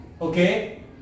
okay